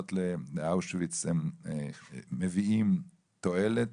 הנסיעות לאושוויץ מביאות תועלת